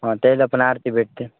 हां त्यांना पण आरती भेटते